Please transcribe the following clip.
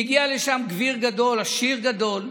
והגיע לשם גביר גדול, עשיר גדול,